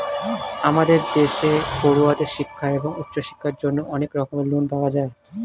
আমাদের দেশে পড়ুয়াদের শিক্ষা এবং উচ্চশিক্ষার জন্য অনেক রকমের লোন পাওয়া যায়